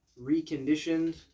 reconditioned